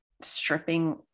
stripping